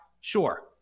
Sure